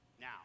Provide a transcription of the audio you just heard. Now